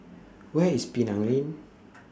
Where IS Penang Lane